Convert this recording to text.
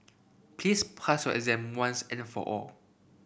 please pass your exam once and for all